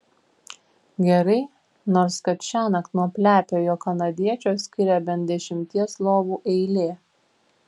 gerai nors kad šiąnakt nuo plepiojo kanadiečio skiria bent dešimties lovų eilė